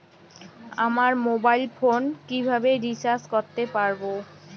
আমার mobile phone কিভাবে recharge করতে পারব?